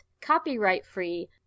copyright-free